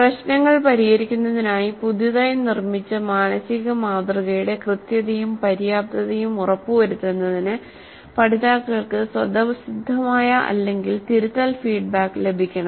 പ്രശ്നങ്ങൾ പരിഹരിക്കുന്നതിനായി പുതുതായി നിർമ്മിച്ച മാനസിക മാതൃകയുടെ കൃത്യതയും പര്യാപ്തതയും ഉറപ്പുവരുത്തുന്നതിന് പഠിതാക്കൾക്ക് സ്വതസിദ്ധമായ അല്ലെങ്കിൽ തിരുത്തൽ ഫീഡ്ബാക്ക് ലഭിക്കണം